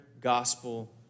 gospel